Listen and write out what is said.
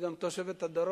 היא גם תושבת הדרום,